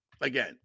again